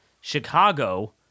Chicago